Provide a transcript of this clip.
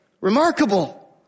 remarkable